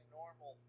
normal